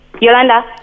Yolanda